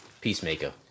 Peacemaker